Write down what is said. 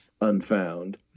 unfound